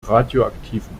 radioaktiven